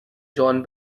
john